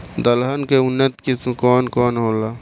दलहन के उन्नत किस्म कौन कौनहोला?